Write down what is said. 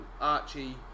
Archie